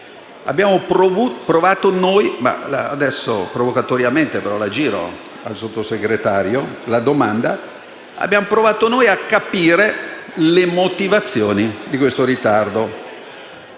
abbiamo provato noi a capire le motivazioni di questo ritardo